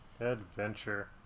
Adventure